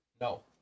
No